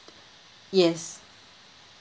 yes